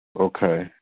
Okay